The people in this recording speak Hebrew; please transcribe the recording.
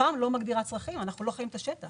לפ"מ לא מגדירה צרכים, אנחנו לא חיים את השטח.